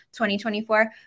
2024